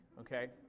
Okay